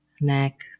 neck